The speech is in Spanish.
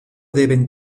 deben